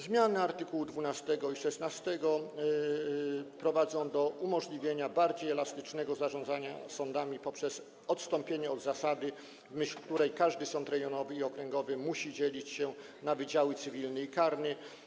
Zmiany art. 12 i 16 prowadzą do umożliwienia bardziej elastycznego zarządzania sądami poprzez odstąpienie od zasady, w myśl której każdy sąd rejonowy i okręgowy musi dzielić się na wydział cywilny i karny.